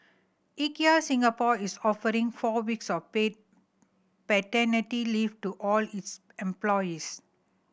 Ikea Singapore is offering four weeks of paid paternity leave to all its employees